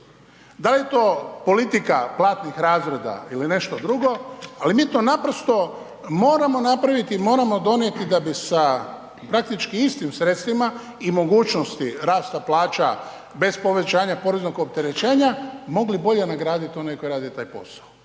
Da li je to politika platnih razreda ili nešto drugo, ali mi to naprosto moramo napraviti i moramo donijeti da bi sa praktički istim sredstvima i mogućnosti rasta plaća bez povećanja poreznog opterećenja mogli bolje nagraditi one koji rade taj posao.